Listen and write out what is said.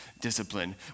discipline